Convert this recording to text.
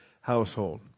household